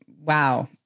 Wow